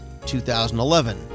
2011